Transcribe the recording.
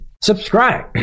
subscribe